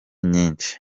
nyinshi